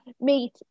meet